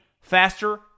faster